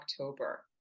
October